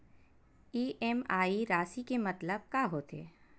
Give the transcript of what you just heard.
EMI राशि के मतलब का होथे?